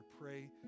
pray